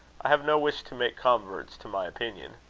i have no wish to make converts to my opinions.